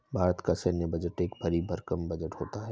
भारत का सैन्य बजट एक भरी भरकम बजट होता है